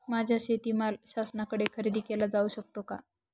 माझा शेतीमाल शासनाकडे खरेदी केला जाऊ शकतो का?